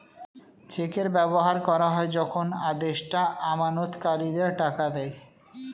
চেকের ব্যবহার করা হয় যখন আদেষ্টা আমানতকারীদের টাকা দেয়